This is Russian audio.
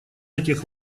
этих